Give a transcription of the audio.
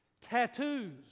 Tattoos